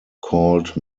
called